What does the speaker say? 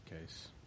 case